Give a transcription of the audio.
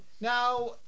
Now